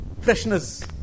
freshness